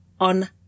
on